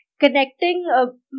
connecting